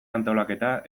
antolaketa